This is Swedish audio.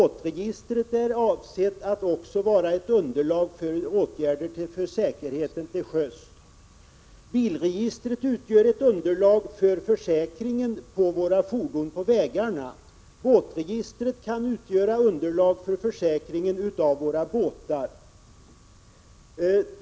Båtregistret är avsett att också vara ett underlag för åtgärder för säkerheten till sjöss. Bilregistret utgör ett underlag för försäkringen för våra fordon på vägarna. Båtregistret kan utgöra underlag för försäkringen av våra båtar.